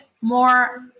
more